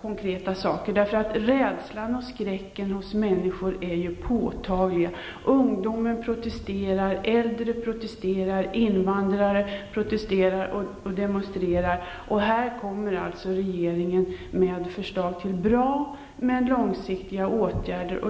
konkreta saker. Rädslan och skräcken hos människorna är påtagliga. Ungdomarna protesterar. Äldre protesterar. Invandrare protesterar och demonstrerar. Här kommer regeringen med förslag till bra men långsiktiga åtgärder.